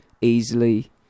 easily